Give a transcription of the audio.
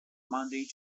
monday